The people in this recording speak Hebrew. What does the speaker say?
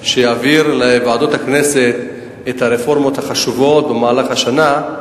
הוא יעביר לוועדות הכנסת את הרפורמות החשובות במהלך השנה,